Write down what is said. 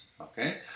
okay